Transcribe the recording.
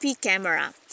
camera